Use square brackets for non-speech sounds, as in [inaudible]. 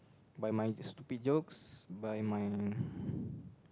by my stupid jokes by my [breath]